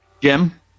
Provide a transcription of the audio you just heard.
Jim